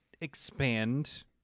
expand